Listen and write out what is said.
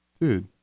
Dude